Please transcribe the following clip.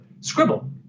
scribble